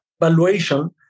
valuation